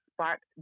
sparked